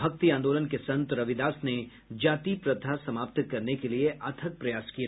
भक्ति आंदोलन के संत रविदास ने जाति प्रथा समाप्त करने के लिए अथक प्रयास किए